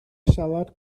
salad